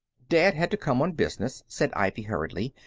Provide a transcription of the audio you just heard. dad had to come on business, said ivy, hurriedly.